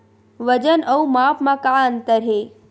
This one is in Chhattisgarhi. वजन अउ माप म का अंतर हे?